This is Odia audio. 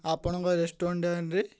ଆପଣଙ୍କ ରେଷ୍ଟୁରାଣ୍ଟାରେ